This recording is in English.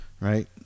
right